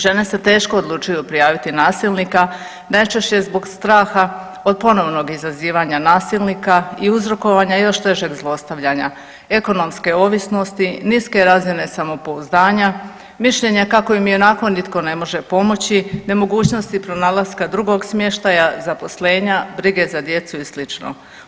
Žene se teško odlučuju prijaviti nasilnika, najčešće zbog straha od ponovnog izazivanja nasilnika i uzrokovanja još težeg zlostavljanja, ekonomske ovisnosti, niske razine samopouzdanja, mišljenje kako im i onako nitko ne može pomoći, nemogućnosti pronalaska dugog smještaja, zaposlenja, brige za djecu i sl.